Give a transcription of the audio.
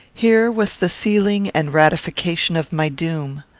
here was the sealing and ratification of my doom.